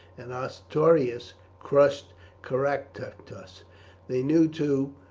and ostorius crushed caractacus. they knew, too,